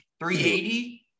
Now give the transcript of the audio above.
380